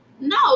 No